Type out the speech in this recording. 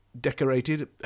decorated